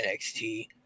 NXT